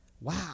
wow